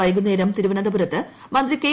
വൈകുന്നേരം തിരുവനന്തപുരത്ത് മന്ത്രി കെ